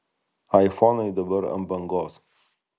aifonai dabar ant bangos